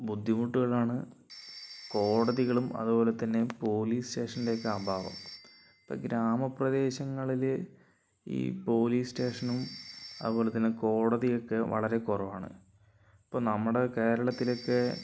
ബുദ്ധിമുട്ടുകളാണ് കോടതികളും അതുപോലെ തന്നെ പോലീസ് സ്റ്റേഷൻ്റെ ഒക്കെ അഭാവം ഇപ്പം ഗ്രാമ പ്രദേശങ്ങളില് ഈ പോലീസ് സ്റ്റേഷനും അതുപോലെ തന്നെ കോടതിയൊക്കെ വളരെ കുറവാണ് ഇപ്പം നമ്മടെ കേരളത്തിലൊക്കെ